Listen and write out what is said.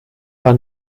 war